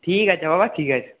ঠিক আছে বাবা ঠিক আছে